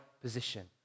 position